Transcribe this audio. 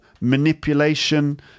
manipulation